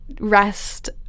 rest